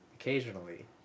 Occasionally